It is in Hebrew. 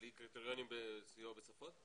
בלי קריטריונים לסיוע בשפות?